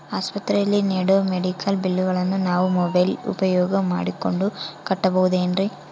ಆಸ್ಪತ್ರೆಯಲ್ಲಿ ನೇಡೋ ಮೆಡಿಕಲ್ ಬಿಲ್ಲುಗಳನ್ನು ನಾವು ಮೋಬ್ಯೆಲ್ ಉಪಯೋಗ ಮಾಡಿಕೊಂಡು ಕಟ್ಟಬಹುದೇನ್ರಿ?